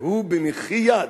והוא, במחי יד,